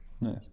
Nice